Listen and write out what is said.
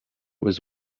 was